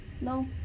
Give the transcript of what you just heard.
No